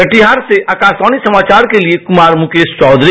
कटिहार से आकाशवाणी समाचार के लिए कुमार मुकेश चौधरी